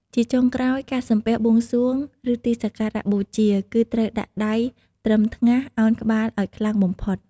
ជាចុងក្រោយការសំពះបួងសួង ឬទីសក្ការបូជា គឺត្រូវដាក់ដៃត្រឹមថ្ងាស ឱនក្បាលឲ្យខ្លាំងបំផុត។